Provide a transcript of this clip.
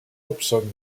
hobson